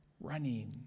running